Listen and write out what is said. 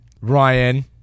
Ryan